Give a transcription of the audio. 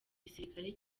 gisirikare